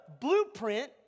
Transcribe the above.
blueprint